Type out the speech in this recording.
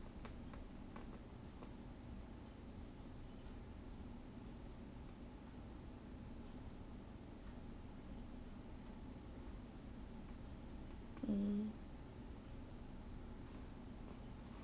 mm